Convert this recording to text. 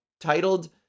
titled